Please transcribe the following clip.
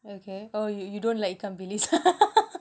okay oh you you don't like ikan bilis